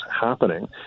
happening